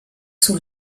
sous